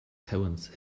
terence